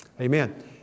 Amen